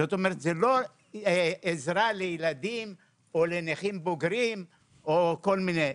זאת אומרת זה לא עזרה לילדים או לנכים בוגרים או כל מיני.